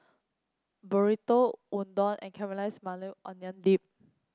Burrito Udon and Caramelized Maui Onion Dip